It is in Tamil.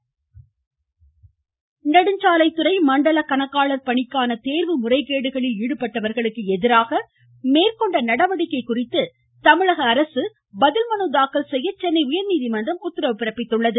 உயர்நீதிமன்றம் நெடுஞ்சாலைத்துறை மண்டல கணக்காளர் பணிக்கான தேர்வு முறைகேடுகளில் ஈடுபட்டவர்களுக்கு எதிராக மேற்கொண்ட நடவடிக்கை குறித்து தமிழக அரசு பதில் மனு தாக்கல் செய்ய சென்னை உயர்நீதிமன்றம் உத்தரவிட்டுள்ளது